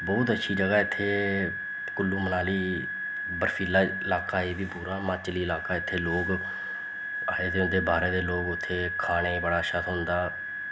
बोह्त अच्छी जगह् इत्थै कुल्लू मनाली बर्फीला लाका ऐ बी पूरा म्हाचली लाका इत्थें लोक आए दे होंदे बाह्रें दे लोक उत्थें खाने गी बड़ा अच्छा थ्होंदा